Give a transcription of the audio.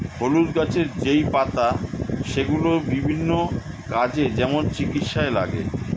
হলুদ গাছের যেই পাতা সেগুলো বিভিন্ন কাজে, যেমন চিকিৎসায় লাগে